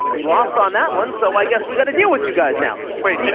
we lost on that one, so i guess we got to deal with you guys now. wait,